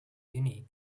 unique